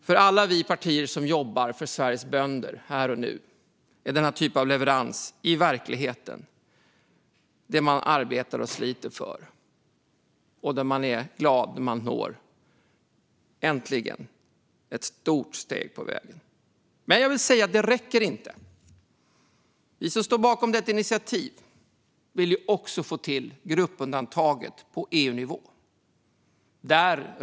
För alla partier som jobbar för Sveriges bönder här och nu är denna typ av leverans i verkligheten det man arbetar och sliter för, och man är glad när man äntligen når fram till och tar ett stort steg på vägen. Men detta räcker inte. Vi som står bakom initiativet vill också få till gruppundantaget på EU-nivå.